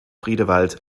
friedewald